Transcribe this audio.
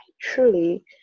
truly